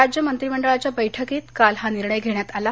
राज्य मंत्रिमंडळाच्या बैठकीत काल हा निर्णय घेण्यात आला